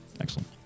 Excellent